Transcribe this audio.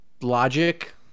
Logic